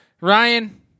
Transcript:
Ryan